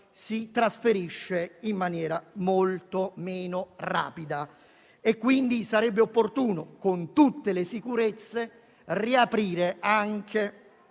si trasferisce in maniera molto meno rapida. Sarebbe quindi opportuno, con tutte le sicurezze, riaprire anche